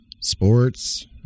sports